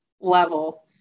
level